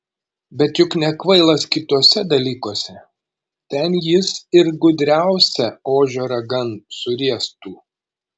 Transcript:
bet juk nekvailas kituose dalykuose ten jis ir gudriausią ožio ragan suriestų